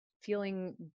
feeling